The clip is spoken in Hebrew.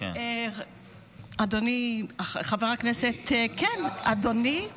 אדוני חבר הכנסת, אדוני זה אבא שלי.